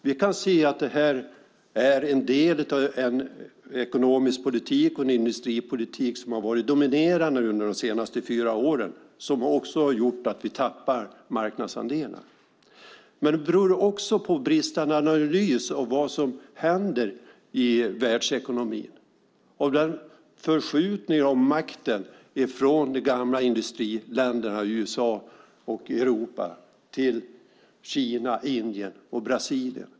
Vi kan se att det här är en del av en ekonomisk politik och en industripolitik som har varit dominerande under de senaste fyra åren, som också har gjort att vi tappar marknadsandelar. Men det beror också på en bristande analys av vad som händer i världsekonomin och av förskjutningen av makten från de gamla industriländerna i Europa och USA till Kina, Indien och Brasilien.